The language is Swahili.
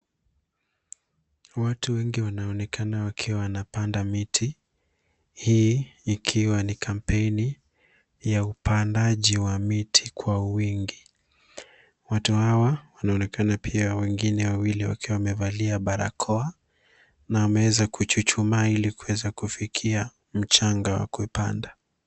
Watu wengi wanaoonekana wakiwa wanapanda miti. Hii ikiwa ni kampeni ya upandaji wa miti kwa wingi. Watu hawa wanaonekana pia wengine wawili wakiwa wamevalia barakoa na wameweza kuchuchumaa ili kuweza kufikia mchanga wa kuipanda.